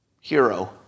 hero